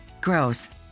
Gross